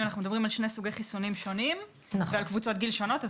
אנו מדברים על שני סוגי חיסונים שונים ועל קבוצות גיל שונות.